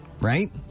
Right